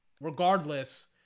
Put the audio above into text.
Regardless